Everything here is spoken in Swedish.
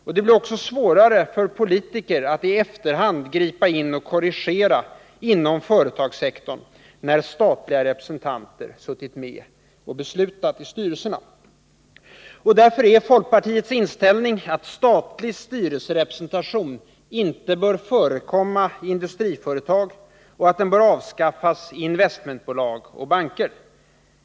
Och det blir också svårare för politiker att i efterhand gripa in och korrigera inom företagssektorn när statliga representanter suttit med och beslutat i styrelserna. Därför är folkpartiets inställning att statlig styrelserepresentation inte bör förekomma i industriföretag och att den bör avskaffas i investmentbolag och banker.